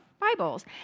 Bibles